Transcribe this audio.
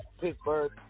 Pittsburgh